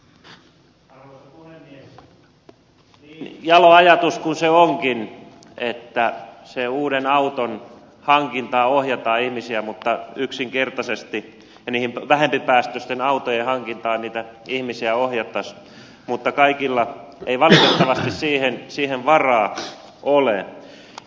niin jalo ajatus kuin se onkin että sen uuden auton hankintaan ohjataan ihmisiä ja niihin vähempipäästöisten autojen hankintaan niitä ihmisiä ohjattaisiin yksinkertaisesti kaikilla ei valitettavasti siihen varaa ole